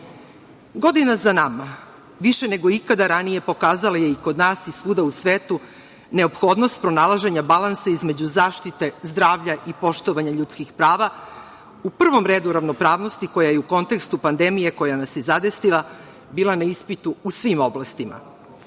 za nama više nego ikada ranije pokazala je i kod nas i svuda u svetu neophodnost pronalaženja balansa između zaštite zdravlja i poštovanja ljudskih prava, u prvom redu ravnopravnosti koja je u kontekstu pandemije koja nas je zadesila bila na ispitu u svim oblastima.